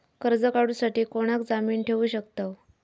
कर्ज काढूसाठी कोणाक जामीन ठेवू शकतव?